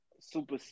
super